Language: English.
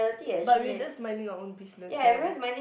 but we're just minding our own business right